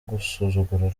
gusuzugura